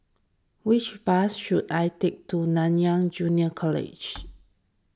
which bus should I take to Nanyang Junior College